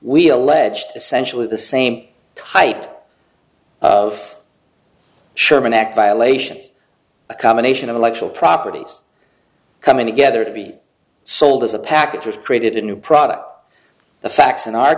we alleged essentially the same type of sherman act violations a combination of electoral properties coming together to be sold as a package which created a new product the facts in our